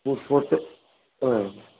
ಮೂರು ಫೋಟೋ ಹಾಂ